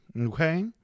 okay